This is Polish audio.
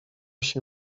się